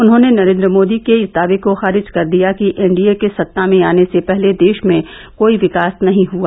उन्होंने नरेन्द्र मोदी के इस दावे को खारिज कर दिया कि एनडीए के सत्ता में आने से पहले देश में कोई विकास नहीं हुआ